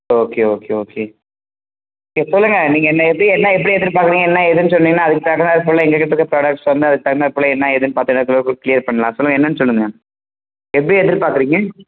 okay okay okay okay சேரி சொல்லுங்க நீங்கள் என்ன எப்படி என்ன எப்படி எதிர்பார்க்கறீங்க என்ன ஏதுன்னு சொன்னீங்ன்கனா அதுக்குத் தகுந்தாப்புல எங்கக்கிட்டே இருக்கிற ப்ராடெக்ட்ஸ் வந்து அதுக்குத் தகுந்தாப்புல என்ன ஏதுன்னு பார்த்து ஏதாவது க்ளியர் பண்ணலாம் சொல்லுங்க என்னென்னு சொல்லுங்க எப்படி எதிர்பார்க்கறீங்க